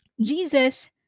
Jesus